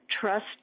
trust